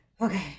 Okay